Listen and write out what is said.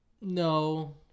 no